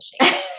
machine